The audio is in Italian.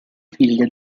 figlia